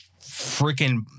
freaking